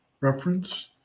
Reference